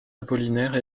apollinaire